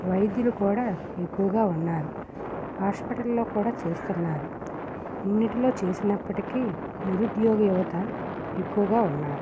వైద్యులు కూడా ఎక్కువగా ఉన్నారు హాస్పిటల్లో కూడా చేస్తున్నారు అన్నిటిలో చేసినప్పటికి నిరుద్యోగ యువత ఎక్కువగా ఉన్నారు